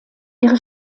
ihre